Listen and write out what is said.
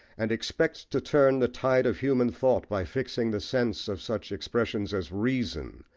and expects to turn the tide of human thought by fixing the sense of such expressions as reason,